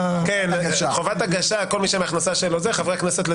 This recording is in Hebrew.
חובת הגשה, חברי הכנסת שם.